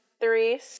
three